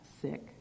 sick